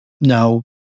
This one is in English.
No